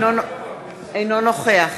נגד